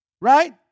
right